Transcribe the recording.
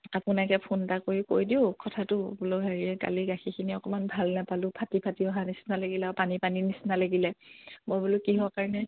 আপোনাকে ফোন এটা কৰি কৈ দিওঁ কথাটো বোলো হেৰি কালি গাখীৰখিনি অকণমান ভাল নেপালোঁ ফাটি ফাটি অহা নিচিনা লাগিলে আৰু পানী পানী নিচিনা লাগিলে মই বোলো কিহৰ কাৰণে